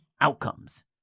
outcomes